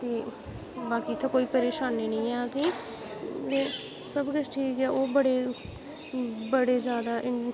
ते बाकी इत्थै कोई परेशानी नीं ऐ सब किश ठीक ऐ ओह् बड़े बड़े ज्यादा